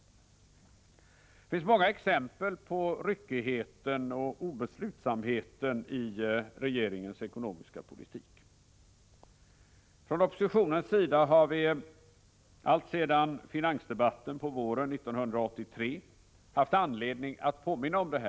Det finns många exempel på ryckigheten och obeslutsamheten i regeringens ekonomiska politik. Från oppositionens sida har vi alltsedan finansdebatten på våren 1983 haft anledning att påminna om detta.